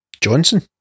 Johnson